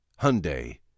Hyundai